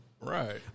Right